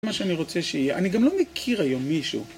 מה שאני רוצה שיהיה, אני גם לא מכיר היום מישהו